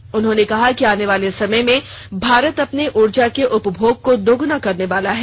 आगे उन्होंने कहा कि आने वाले समय में भारत अपने उर्जा के उपभोग को दुगुना करने वाला है